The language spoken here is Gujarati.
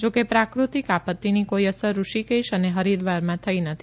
જો કે પ્રાકૃતિક આપત્તિની કોઇ અસર ઋષિકેશ અને હરિદ્વારમાં થઇ નથી